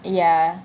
ya